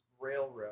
railroad